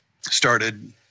started